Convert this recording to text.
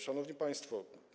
Szanowni Państwo!